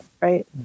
right